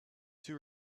two